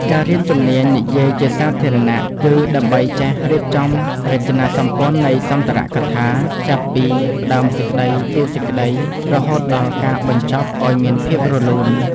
ការរៀនជំនាញនិយាយជាសាធារណៈ គឺដើម្បីចេះរៀបចំរចនាសម្ព័ន្ធនៃសន្ទរកថា ចាប់ពីផ្ដើមសេចក្ដី តួសេចក្ដី រហូតដល់ការបញ្ចប់ឱ្យមានភាពរលូន។